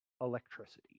electricity